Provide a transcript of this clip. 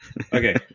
Okay